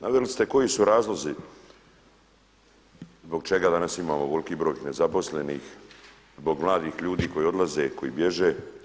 Naveli ste i koji su razlozi zbog čega danas imamo ovoliki broj nezaposlenih, zbog mladih ljudi koji odlaze, koji bježe.